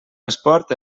esport